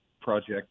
Project